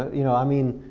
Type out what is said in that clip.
you know, i mean